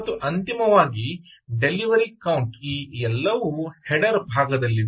ಮತ್ತು ಅಂತಿಮವಾಗಿ delivery count ಈ ಎಲ್ಲವು ಹೆಡರ್ ಭಾಗದಲ್ಲಿದೆ